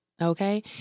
okay